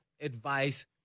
advice